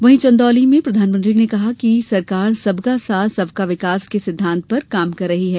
वहीं चंदौली में प्रधानमंत्री ने कहा कि सरकार सबका साथ सबका विकास के सिद्धांत पर काम कर रही है